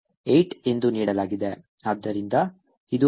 ಆದ್ದರಿಂದ ಇದು 0